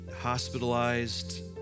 hospitalized